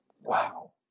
wow